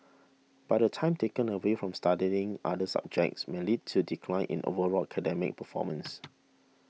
by the time taken away from studying other subjects may lead to decline in overall academic performance